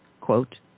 Quote